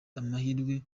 amahirwe